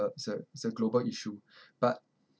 uh it's a it's a global issue but